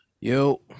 yo